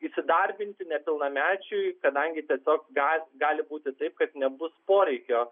įsidarbinti nepilnamečiui kadangi tiesiog ga gali būti taip kad nebus poreikio